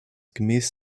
gemäß